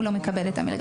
הוא לא מקבל את המלגה.